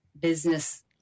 business